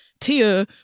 Tia